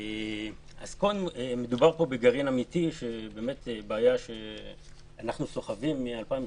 מדובר פה בבעיה שאנחנו סוחבים מ-2018.